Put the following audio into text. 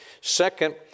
Second